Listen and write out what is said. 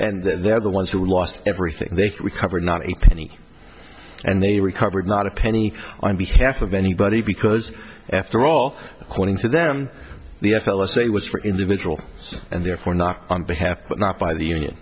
and they're the ones who lost everything they can recover not a penny and they recovered not a penny on behalf of anybody because after all according to them the f l s say was for individual and therefore not on behalf but not by the union